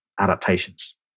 adaptations